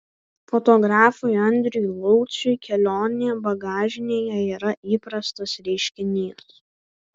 fotografui andriui lauciui kelionė bagažinėje yra įprastas reiškinys